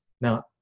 now